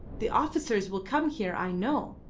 the officers will come here, i know.